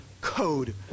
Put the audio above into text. code